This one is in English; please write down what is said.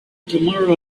tomorrow